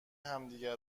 همدیگه